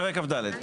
פרק כ"ד,